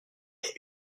est